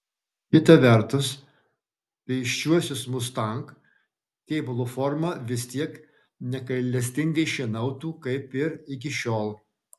kita vertus pėsčiuosius mustang kėbulo forma vis tiek negailestingai šienautų kaip ir iki šiol